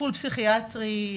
טיפול פסיכיאטרי,